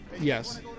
Yes